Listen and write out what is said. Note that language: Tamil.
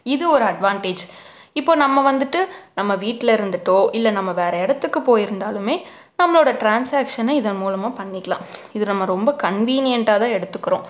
இது ஒரு அட்வான்டேஜ் இப்போ நம்ம வந்துவிட்டு நம்ம வீட்டில் இருந்துகிட்டோ இல்லை நம்ம வேறு இடத்துக்கு போயிருந்தாலுமே நம்மளோட டிரான்ஸாஷனை இதன் மூலமாக பண்ணிக்கலாம் இது நம்ம ரொம்ப கன்வீனியண்டாக தான் எடுத்துக்கறோம்